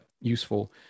useful